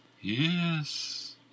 yes